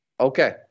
Okay